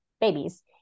babies